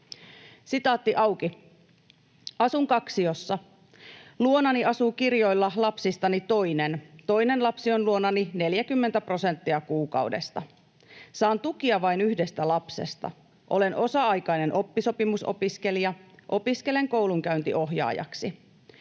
työtä.” ”Asun kaksiossa. Luonani asuu kirjoilla lapsistani toinen. Toinen lapsi on luonani 40 prosenttia kuukaudesta. Saan tukia vain yhdestä lapsesta. Olen osa-aikainen oppisopimusopiskelija. Opiskelen koulunkäyntiohjaajaksi.